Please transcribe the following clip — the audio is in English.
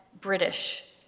British